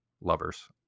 lovers